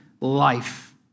life